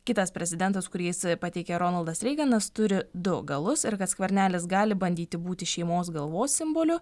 kitas prezidentas kurį jis pateikė ronaldas reiganas turi du galus ir kad skvernelis gali bandyti būti šeimos galvos simboliu